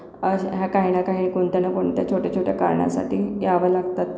ह्या काही न काही कोणत्या न कोणत्या छोट्या छोट्या कारणासाठी यावं लागतात